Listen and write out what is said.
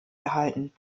erhalten